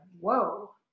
whoa